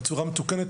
בצורה מתוקנת,